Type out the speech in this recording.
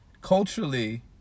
culturally